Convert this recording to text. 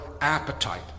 appetite